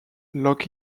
lock